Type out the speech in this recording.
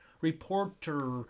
reporter